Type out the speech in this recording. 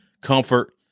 comfort